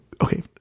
okay